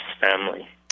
family